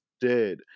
dead